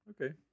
Okay